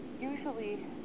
usually